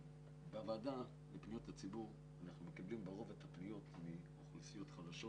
בוועדה לפניות הציבור אנחנו מקבלים לרוב את הפניות מאוכלוסיות חלשות